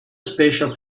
special